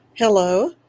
Hello